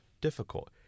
difficult